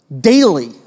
daily